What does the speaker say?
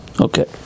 Okay